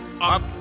up